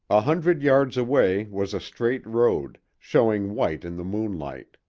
a hundred yards away was a straight road, showing white in the moonlight.